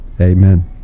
Amen